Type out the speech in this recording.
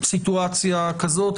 סיטואציה כזאת.